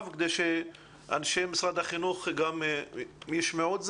כדי שאנשי משרד החינוך יוכלו להתייחס?